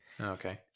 Okay